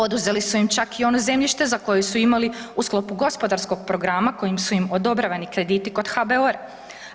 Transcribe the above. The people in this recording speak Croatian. Oduzeli su im čak i ono zemljište za koje su imali u sklopu gospodarskog programa kojim su odobravani krediti kod HBOR-a.